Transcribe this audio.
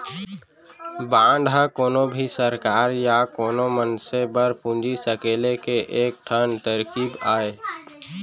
bond ह कोनो भी सरकार या कोनो मनसे बर पूंजी सकेले के एक ठन तरकीब अय